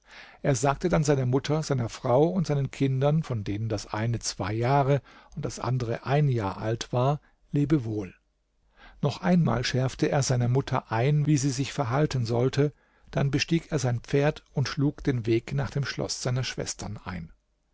er sagte dann seiner mutter seiner frau und seinen kindern von denen das eine zwei jahre und das andere ein jahr alt war lebewohl noch einmal schärfte er seiner mutter ein wie sie sich verhalten sollte dann bestieg er sein pferd und schlug den weg nach dem schloß seiner schwestern ein